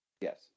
yes